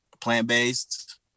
plant-based